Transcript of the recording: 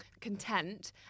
content